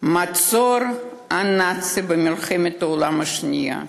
מהמצור הנאצי במלחמת העולם השנייה.